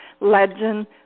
legend